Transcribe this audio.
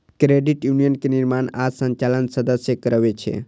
credit union के निर्माण आ संचालन सदस्ये करै छै